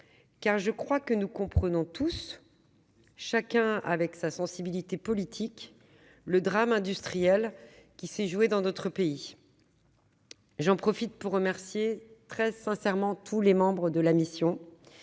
en effet que nous comprenons tous, chacun avec sa sensibilité politique, le drame industriel qui s'est joué dans notre pays. J'en profite pour remercier chaleureusement tous les membres de la mission